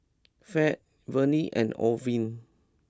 Fed Vonnie and Orvin